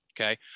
Okay